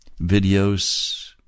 videos